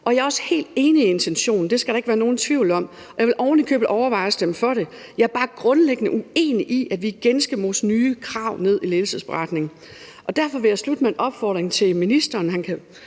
og jeg er også helt enig i intentionen. Det skal der ikke være nogen tvivl om, og jeg vil oven i købet overveje at stemme for det. Jeg er bare grundlæggende uenig i, at vi igen skal mose nye krav ned i ledelsesberetningen, og derfor vil jeg slutte med en opfordring til ministeren, han kan